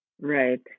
Right